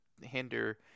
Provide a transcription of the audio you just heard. hinder